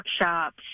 workshops